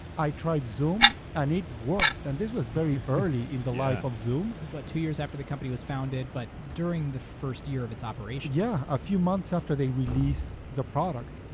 i tried zoom and it worked. and this was very early in the life of zoom. itaeurs what? two years after the company was founded, but during the first year of its operations? yeah, a few months after they released the product.